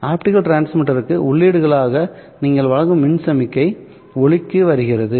optical டிரான்ஸ்மிட்டருக்கு உள்ளீடுகளாக நீங்கள் வழங்கும் மின் சமிக்ஞை ஒளிக்கு வருகிறது